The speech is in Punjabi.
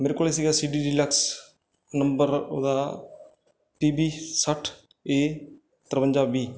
ਮੇਰੇ ਕੋਲ ਸੀਗਾ ਸੀ ਡੀ ਡੀਲਕਸ ਨੰਬਰ ਉਹਦਾ ਪੀ ਬੀ ਸੱਠ ਏ ਤਰਵੰਜਾ ਵੀਹ